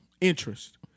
interest